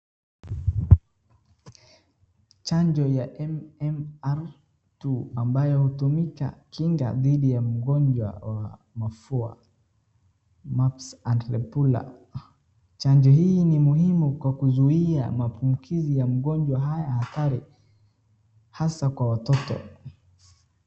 Chanjo ya MMR II ambayo hutumika kinga dhidi ya mgonjwa wa mafua mumps and rubella . Chanjo hii ni muhimu kwa kuzuia maambukizi ya magonjwa haya hatari hasa kwa watoto.